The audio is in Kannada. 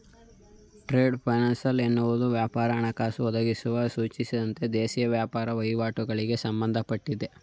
ಟ್ರೇಡ್ ಫೈನಾನ್ಸ್ ಎನ್ನುವುದು ವ್ಯಾಪಾರ ಹಣಕಾಸು ಒದಗಿಸುವುದನ್ನು ಸೂಚಿಸುತ್ತೆ ದೇಶೀಯ ವ್ಯಾಪಾರದ ವಹಿವಾಟುಗಳಿಗೆ ಸಂಬಂಧಪಟ್ಟಿದೆ